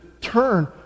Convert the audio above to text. turn